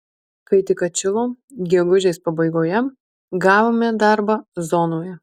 kai tik atšilo gegužės pabaigoje gavome darbą zonoje